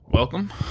Welcome